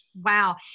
Wow